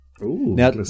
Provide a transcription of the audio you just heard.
Now